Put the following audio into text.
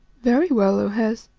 very well, o hes,